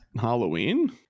halloween